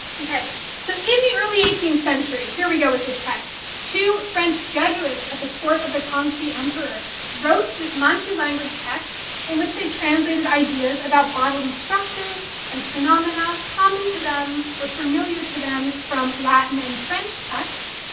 so in the early eighteenth century, here we go with this text, two french jesuits at the court of the kangxi emperor wrote this manchu language text in which they translated ideas about bodily structures and phenomena common to them, or familiar to them from latin and french texts,